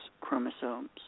chromosomes